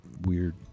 weird